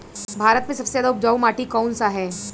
भारत मे सबसे ज्यादा उपजाऊ माटी कउन सा ह?